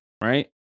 right